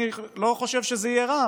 אני לא חושב שזה יהיה רע.